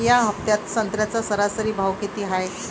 या हफ्त्यात संत्र्याचा सरासरी भाव किती हाये?